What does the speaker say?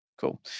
Cool